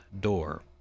door